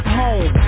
home